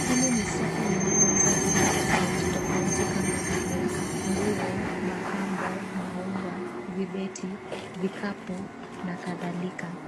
Hili ni soko linalouza vitu tofauti tofauti kama vile nguo mapambo maua vibeti vikapu na kadhalika.